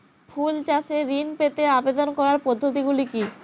ফুল চাষে ঋণ পেতে আবেদন করার পদ্ধতিগুলি কী?